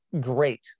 great